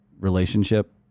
Relationship